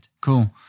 cool